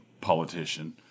politician